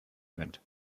event